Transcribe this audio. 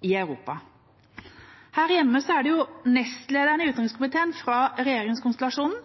i Europa. Her hjemme er det nestlederen i utenrikskomiteen fra regjeringskonstellasjonen